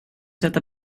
sätta